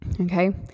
Okay